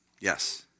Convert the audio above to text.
Yes